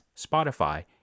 Spotify